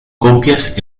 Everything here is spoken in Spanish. copias